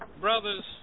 Brothers